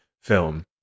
film